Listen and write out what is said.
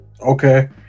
Okay